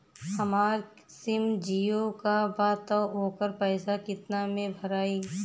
हमार सिम जीओ का बा त ओकर पैसा कितना मे भराई?